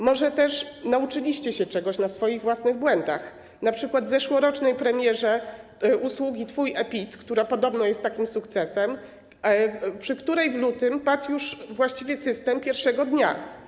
Może też nauczyliście się czegoś na swoich własnych błędach, np. przy zeszłorocznej premierze usługi Twój e-PIT, która podobno jest takim sukcesem, a przy której w lutym padł już właściwie system pierwszego dnia.